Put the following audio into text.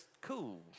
cool